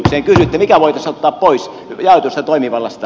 kysytte mikä voitaisiin ottaa pois jaetusta toimivallasta